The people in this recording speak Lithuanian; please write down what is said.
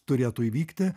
turėtų įvykti